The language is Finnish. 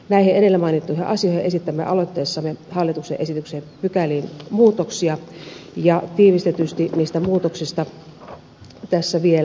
näihin edellä mainittuihin asioihin esitämme aloitteessamme hallituksen esityksen pykäliin muutoksia ja tiivistetysti niistä muutoksista tässä vielä